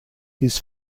his